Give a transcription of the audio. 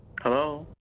hello